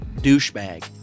douchebag